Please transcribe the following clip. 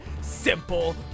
simple